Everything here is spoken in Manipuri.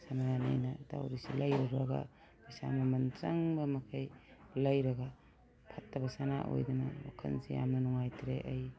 ꯁꯅꯥꯅꯦꯅ ꯇꯧꯔꯤꯁꯤ ꯂꯩꯔꯨꯔꯒ ꯄꯩꯁꯥ ꯃꯃꯟ ꯆꯪꯕ ꯃꯈꯩ ꯂꯩꯔꯒ ꯐꯠꯇꯕ ꯁꯅꯥ ꯑꯣꯏꯗꯅ ꯋꯥꯈꯜꯁꯦ ꯌꯥꯝꯅ ꯅꯨꯡꯉꯥꯏꯇ꯭ꯔꯦ ꯑꯩ